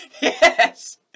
Yes